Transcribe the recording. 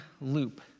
loop